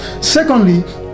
secondly